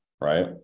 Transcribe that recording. right